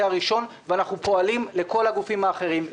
הראשון ואנחנו פועלים עם כל הגופים האחרים.